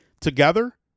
together